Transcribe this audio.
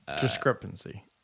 discrepancy